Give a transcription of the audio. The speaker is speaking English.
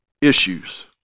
issues